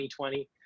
2020